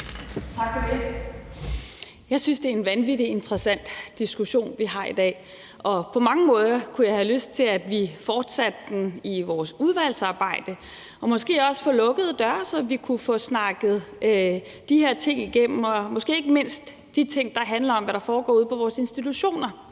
Tak for det. Jeg synes, det er en vanvittig interessant diskussion, vi har i dag, og på mange måder kunne jeg have lyst til, at vi fortsatte den i vores udvalgsarbejde og måske også for lukkede døre, så vi kunne få snakket de her ting igennem og måske ikke mindst de ting, der handler om, hvad der foregår ude på vores institutioner.